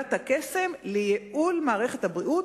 מילת הקסם: ייעול מערכת הבריאות,